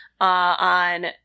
On